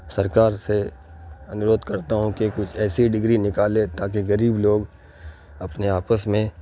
سرکار سے انوروھ کرتا ہوں کہ کچھ ایسی ڈگری نکالے تاکہ غریب لوگ اپنے آپس میں